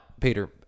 Peter